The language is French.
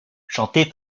chantée